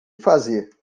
fazer